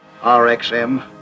RxM